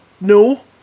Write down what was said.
No